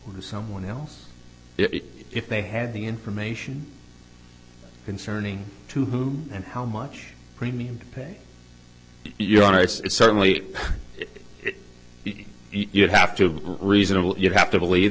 legacy to someone else if they had the information concerning to whom and how much premium to pay your honor it's certainly you have to be reasonable you have to believe